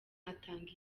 atanga